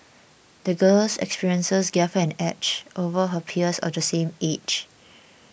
the girl's experiences gave her an edge over her peers of the same age